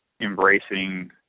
embracing